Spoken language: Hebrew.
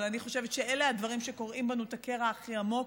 אבל אני חושבת שאלה הדברים שקורעים בנו את הקרע הכי עמוק.